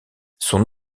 son